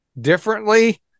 differently